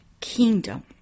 kingdom